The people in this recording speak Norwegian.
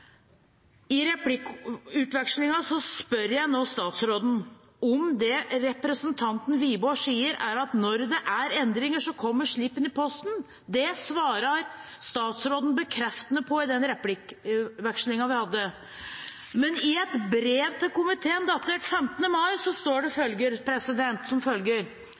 i saken. I replikkvekslingen spør jeg nå statsråden om det representanten Wiborg sier, er riktig – at når det er endringer, så kommer slippen i posten. Det svarte statsråden bekreftende på i den replikkvekslingen vi hadde. Men i et brev til komiteen datert 15. mai står det som følger: